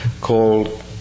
called